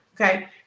okay